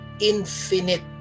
infinite